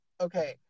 okay